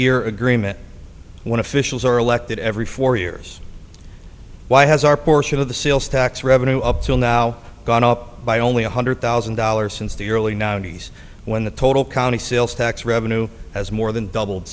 year agreement when officials are elected every four years why has our portion of the sales tax revenue up till now gone up by only one hundred thousand dollars since the early ninety's when the total county sales tax revenue has more than doubled